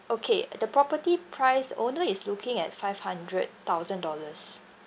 okay the property price owner is looking at five hundred thousand dollars